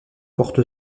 porte